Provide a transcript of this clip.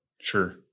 Sure